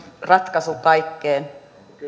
ratkaisu kaikkeen